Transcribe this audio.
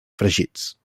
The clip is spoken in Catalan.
fregits